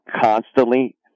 constantly